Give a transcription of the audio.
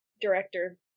director